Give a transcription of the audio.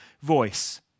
voice